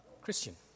Christian